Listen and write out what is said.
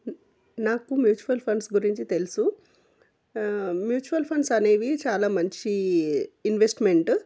నాకు mutual funds గురించి తెలుసు మ్యూచువల్ ఫండ్స్ అనేవి చాలా మంచి ఇన్వెస్ట్మెంట్